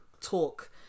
talk